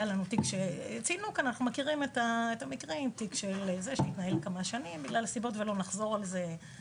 היה לנו תיק שהתנהל כמה שנים בגלל כל מיני סיבות שהיו קשורות לתקנים,